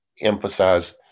emphasize